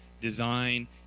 design